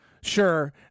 Sure